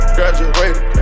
Graduated